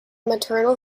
maternal